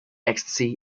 ecstasy